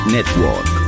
Network